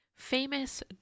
famous